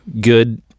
good –